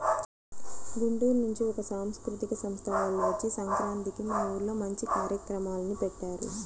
గుంటూరు నుంచి ఒక సాంస్కృతిక సంస్థ వాల్లు వచ్చి సంక్రాంతికి మా ఊర్లో మంచి కార్యక్రమాల్ని పెట్టారు